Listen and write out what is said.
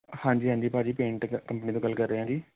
ਹਾਂਜੀ ਹਾਂਜੀ ਭਾਅ ਜੀ ਪੇਂਟ ਕੰਪਨੀ ਤੋਂ ਗੱਲ ਰਿਹਾ ਜੀ